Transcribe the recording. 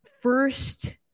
first